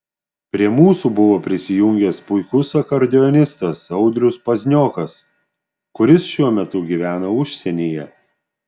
prie mūsų buvo prisijungęs puikus akordeonistas audrius pazniokas kuris šiuo metu gyvena užsienyje